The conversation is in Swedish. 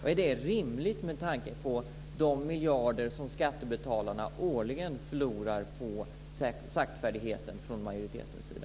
Är det rimligt med tanke på de miljarder som skattebetalarna årligen förlorar på saktfärdigheten från majoritetens sida?